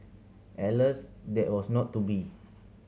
alas that was not to be